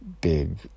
big